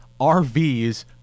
rvs